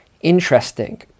interesting